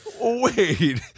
Wait